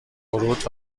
ورود